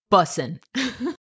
Bussin